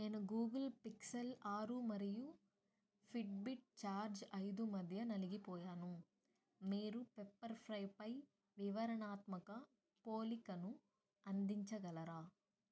నేను Google Pixel ఆరు మరియు ఫిట్బిట్ ఛార్జ్ ఐదు మధ్య నలిగిపోయాను మీరు పెప్పర్ఫ్రైపై వివరణాత్మక పోలికను అందించగలరా